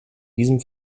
diesem